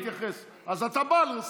זה מעל הכול.